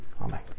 Amen